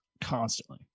constantly